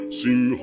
sing